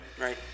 right